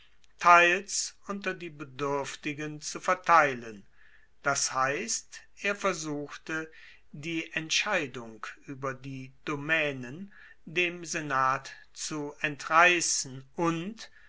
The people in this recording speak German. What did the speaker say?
teils unter die beduerftigen zu verteilen das heisst er versuchte die entscheidung ueber die domaenen dem senat zu entreissen und